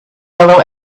yellow